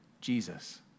Jesus